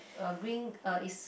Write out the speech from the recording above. a green uh is